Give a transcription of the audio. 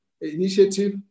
initiative